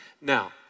Now